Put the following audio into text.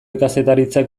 kazetaritzak